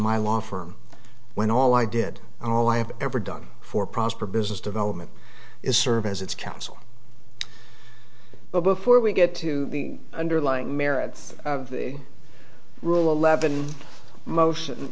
my law firm when all i did all i have ever done for prosper business development is serve as its counsel but before we get to the underlying merits of rule eleven motion